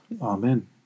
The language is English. Amen